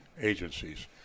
Agencies